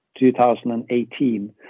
2018